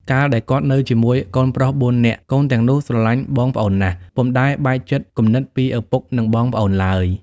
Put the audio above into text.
កាលដែលគាត់នៅជាមួយកូនប្រុស ៤នាក់ កូនទាំងនោះស្រឡាញ់បងប្អូនណាស់ ពុំដែលបែកចិត្តគំនិតពីឪពុក និងបងប្អូនឡើយ ។